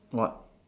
what